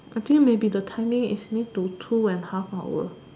I think maybe the timing is need to two and half hour